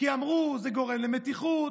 אמרו: זה גורם למתיחות,